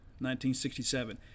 1967